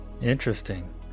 Interesting